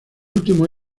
últimos